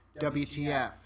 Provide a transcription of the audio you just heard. WTF